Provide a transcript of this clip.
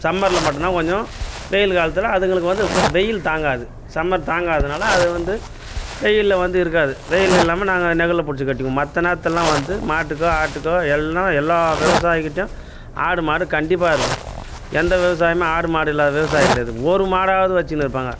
சம்மரில் மட்டுந்தான் கொஞ்சோம் வெயில் காலத்தில் அதுங்களுக்கு வந்து வெயில் தாங்காது சம்மர் தாங்காதுனால அது வந்து வெயிலில் வந்து இருக்காது வெயில் இல்லாமல் நாங்கள் நிழல்ல புடிச்சி கட்டுவோம் மற்ற நேரத்துலலாம் வந்து மாட்டுக்கோ ஆட்டுக்கோ எல்லாம் எல்லாம் விவசாயிக்கிட்டையும் ஆடு மாடு கண்டிப்பாக இருக்கும் எந்த விவசாயியுமே ஆடு மாடு இல்லாம விவசாயி கிடையாது ஒரு மாடாவது வச்சின்னு இருப்பாங்க